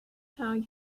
how